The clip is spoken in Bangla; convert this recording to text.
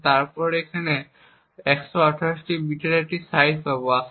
এবং তাই আমরা 128 বিটের একটি কী সাইজ পাব